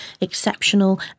exceptional